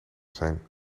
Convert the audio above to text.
zijn